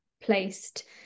Placed